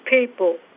people